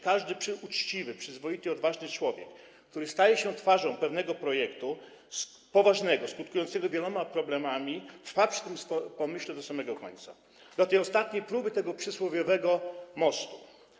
Każdy uczciwy, przyzwoity i odważny człowiek, który staje się twarzą pewnego poważnego projektu, skutkującego wieloma problemami, trwa przy tym pomyśle do samego końca, do tej ostatniej próby tego przysłowiowego mostu.